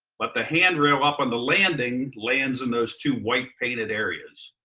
but the hand rail up on the landing lands in those two white painted areas.